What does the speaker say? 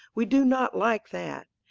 we do not like that.